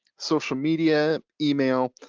social media, email,